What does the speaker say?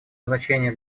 значение